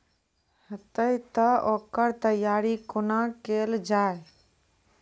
हेतै तअ ओकर तैयारी कुना केल जाय?